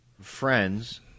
friends